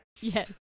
Yes